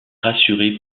rassurer